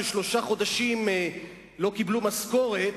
ששלושה חודשים לא קיבלו משכורת,